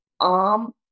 arm